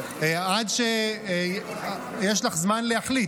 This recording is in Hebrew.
יש לך זמן להחליט.